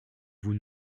vous